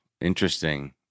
Interesting